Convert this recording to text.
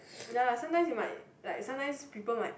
ya sometimes you might like sometimes people might